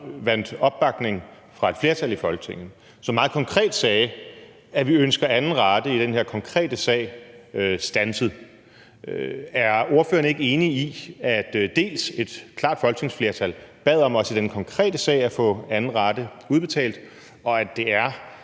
vandt opbakning fra et flertal i Folketinget, som meget konkret sagde, at vi ønsker anden rate i den her konkrete sag standset. Er ordføreren ikke enig i, at et klart folketingsflertal bad om i den konkrete sag at få anden rate standset, og at det er